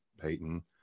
Peyton